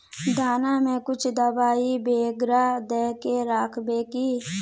दाना में कुछ दबाई बेगरा दय के राखबे की?